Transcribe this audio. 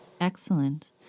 Excellent